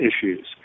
issues